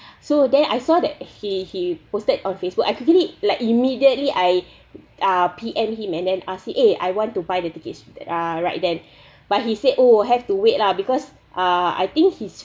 so then I saw that he he posted on facebook I quickly like immediately I uh P_M him and then ask him I want to buy the tickets uh right then but he said oh have to wait lah because uh I think he's